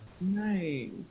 Nice